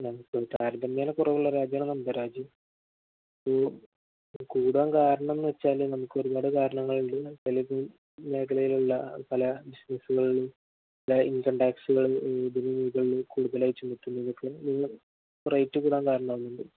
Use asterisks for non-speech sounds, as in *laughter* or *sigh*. നമുക്ക് താരതമ്യേന കുറവുള്ള രാജ്യമാണ് നമ്മുടെ രാജ്യം അപ്പോള് കൂടാൻ കാരണമെന്ന് വെച്ചാല് നമുക്ക് ഒരുപാട് കാരണങ്ങളുണ്ട് ചിലപ്പോള് ഈ മേഖലയിലുള്ള പല ബിസിനസ്സുകളിലും പല ഇൻകം ടാക്സുകള് *unintelligible* റേറ്റ് കൂടാൻ കാരണമാകുന്നുണ്ട്